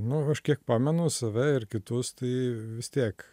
nu aš kiek pamenu save ir kitus tai vis tiek